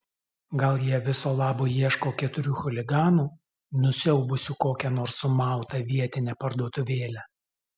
gal jie viso labo ieško keturių chuliganų nusiaubusių kokią nors sumautą vietinę parduotuvėlę